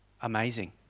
amazing